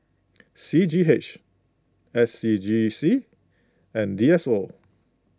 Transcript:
C G H S C G C and D S O